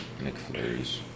McFlurries